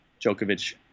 Djokovic